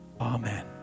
Amen